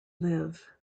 live